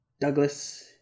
Douglas